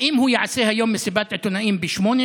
האם הוא יעשה היום מסיבת עיתונאים ב-20:00,